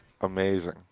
amazing